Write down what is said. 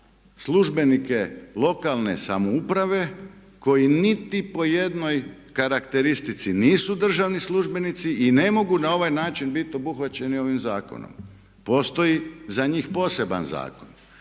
službenike lokalne samouprave koji niti po jednoj karakteristici nisu državni službenici i ne mogu na ovaj način bit obuhvaćeni ovim zakonom. Postoji za njih poseban zakon,